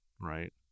right